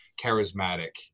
charismatic